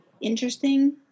interesting